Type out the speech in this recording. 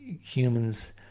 humans